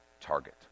target